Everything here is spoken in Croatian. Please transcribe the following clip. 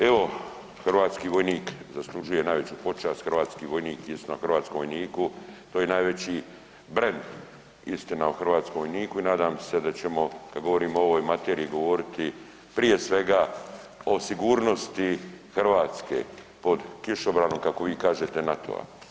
Evo hrvatski vojnik zaslužuje najveću počast, hrvatski vojnik jest na hrvatskom vojniku to je najveći brend istina o hrvatskom vojniku i nadam se da ćemo kada govorimo o ovoj materiji govoriti prije svega o sigurnosti Hrvatske pod kišobranom, kako vi kažete NATO-a.